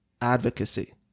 advocacy